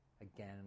Again